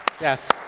yes